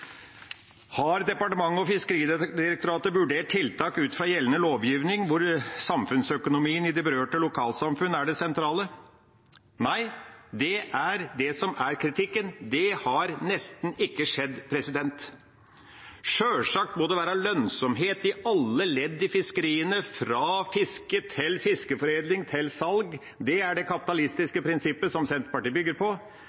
Har departementet og Fiskeridirektoratet vurdert tiltak ut fra gjeldende lovgivning, hvor samfunnsøkonomien i de berørte lokalsamfunn er det sentrale? Nei, det er det som er kritikken. Det har nesten ikke skjedd. Sjølsagt må det være lønnsomhet i alle ledd i fiskeriene, fra fiske til fiskeforedling til salg. Det er det